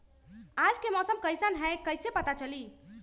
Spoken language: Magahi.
आज के मौसम कईसन हैं कईसे पता चली?